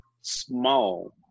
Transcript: small